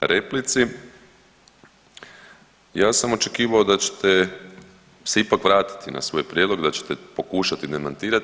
replici, ja sam očekivao da ćete se ipak vratiti na svoj prijedlog, da ćete pokušati demantirati.